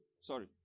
sorry